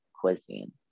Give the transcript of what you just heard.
cuisine